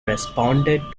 responded